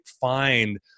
find